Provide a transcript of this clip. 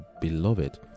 Beloved